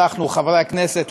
אנחנו חברי הכנסת,